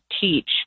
teach